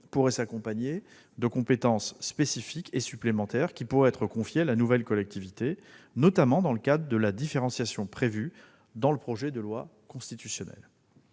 pourrait s'accompagner de l'octroi de compétences spécifiques et supplémentaires qui pourraient être confiées à la nouvelle collectivité, notamment dans le cadre de la différenciation prévue dans le projet de loi constitutionnelle.